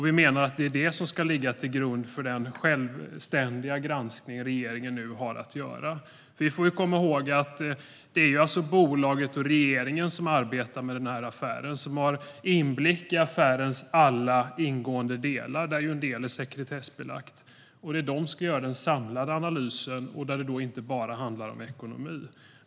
Vi menar att detta ska ligga till grund för den självständiga granskning som regeringen nu har att göra. Vi får komma ihåg att det är bolaget och regeringen som arbetar med denna affär och som har inblick i alla dess ingående delar, där en del är sekretessbelagda. Det är de som ska göra den samlade analysen, och där handlar det inte bara om ekonomi.